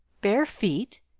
bare feet!